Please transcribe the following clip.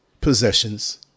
possessions